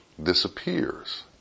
disappears